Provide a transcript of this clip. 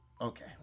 okay